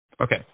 okay